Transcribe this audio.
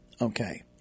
okay